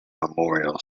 memorial